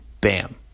bam